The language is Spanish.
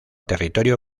territorio